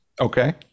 okay